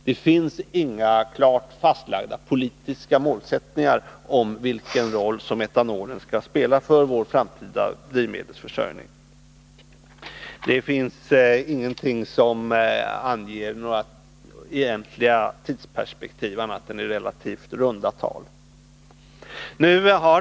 Det finns inga klart fastlagda politiska målsättningar för vilken roll metanolen skall spela för vår framtida drivmedelsförsörjning. Det finns ingenting som anger några egentliga tidsperspektiv, annat än i relativt runda tal.